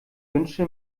wünsche